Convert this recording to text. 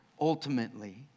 Ultimately